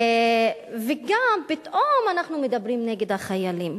וגם פתאום אנחנו מדברים נגד החיילים